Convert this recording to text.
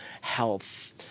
health